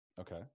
Okay